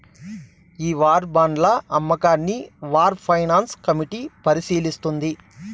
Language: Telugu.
ఈ వార్ బాండ్ల అమ్మకాన్ని వార్ ఫైనాన్స్ కమిటీ పరిశీలిస్తుంది